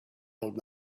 old